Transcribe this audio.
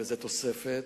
וזאת תוספת.